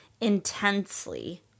intensely